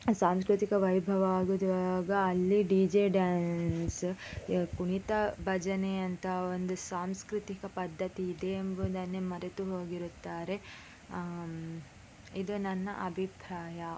ಸಾಂಸ್ಕೃತಿಕ ವೈಭವ ಆಗಿದಾಗ ಅಲ್ಲಿ ಡಿ ಜೆ ಡ್ಯಾನ್ಸ್ ಕುಣಿತ ಭಜನೆಯಂಥ ಒಂದು ಸಾಂಸ್ಕೃತಿಕ ಪದ್ಧತಿ ಇದೆ ಎಂಬುದನ್ನೇ ಮರೆತು ಹೋಗಿರುತ್ತಾರೆ ಇದು ನನ್ನ ಅಭಿಪ್ರಾಯ